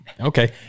Okay